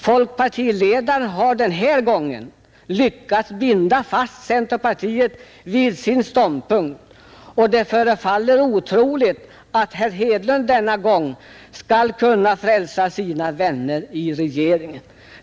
Folkpartiledaren har den här gången lyckats binda fast centerpartiet vid sin ståndpunkt, och det förefaller otroligt att herr Hedlund denna gång skall kunna frälsa sina vänner i regeringen.